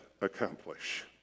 accomplish